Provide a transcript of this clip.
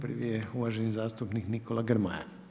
Prvi je uvaženi zastupnik Nikola Grmoja.